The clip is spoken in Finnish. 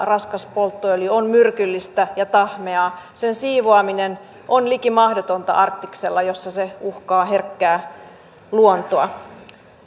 raskas polttoöljy on myrkyllistä ja tahmeaa ja sen siivoaminen on liki mahdotonta arktiksella jossa se uhkaa herkkää luontoa